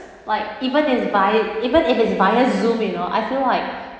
like even is via even if it's via zoom you know I feel like